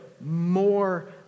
more